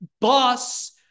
boss